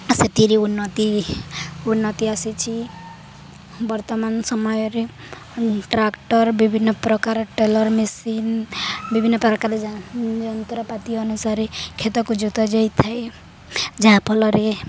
ସେଥିରେ ଉନ୍ନତି ଉନ୍ନତି ଆସିଛି ବର୍ତ୍ତମାନ ସମୟରେ ଟ୍ରାକ୍ଟର୍ ବିଭିନ୍ନପ୍ରକାର ଟେଲର୍ ମେସିନ୍ ବିଭିନ୍ନପ୍ରକାର ଯନ୍ତ୍ରପାତି ଅନୁସାରେ କ୍ଷେତକୁ ଜୋତାଯାଇଥାଏ ଯାହା ଫଳରେ